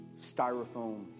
styrofoam